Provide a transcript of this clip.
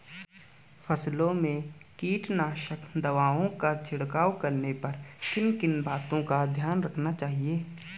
फसलों में कीटनाशक दवाओं का छिड़काव करने पर किन किन बातों को ध्यान में रखना चाहिए?